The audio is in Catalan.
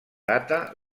data